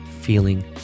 feeling